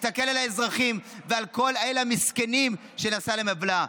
תסתכל על האזרחים ועל כל המסכנים שנעשתה להם עוולה.